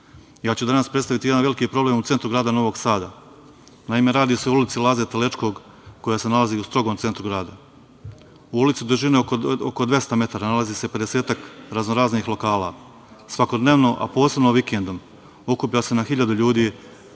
ću predstaviti jedan veliki problem u centru grada Novog Sada. Naime, radi se o ulici Laze Telečkog koja se nalazi u strogom centru grada. U ulici dužine oko 200 metara nalazi se pedesetak raznoraznih lokala. Svakodnevno, a posebno vikendom, okuplja se na hiljade ljudi